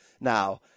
now